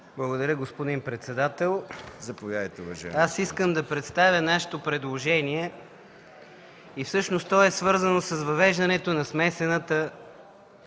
Благодаря, господин председател. Аз искам да представя нашето предложение. Всъщност то е свързано с въвеждането на смесената